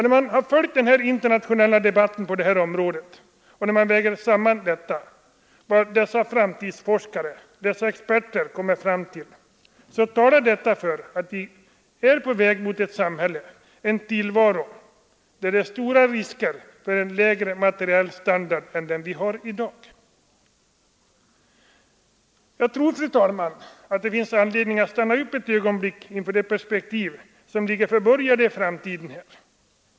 När man följt den internationella debatten på det här området och väger samman vad dessa framtidsforskare och experter kommer fram till, så talar detta för att vi är på väg mot en tillvaro med stora risker för lägre materiell standard än den vi har i dag. Jag tror, fru talman, att det finns anledning att stanna upp ett ögonblick inför de perspektiv som ligger förborgade i framtiden.